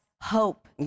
hope